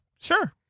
Sure